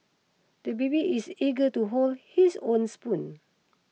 the baby is eager to hold his own spoon